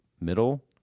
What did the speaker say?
middle